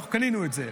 אנחנו קנינו את זה.